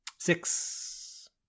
Six